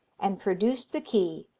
and produced the key,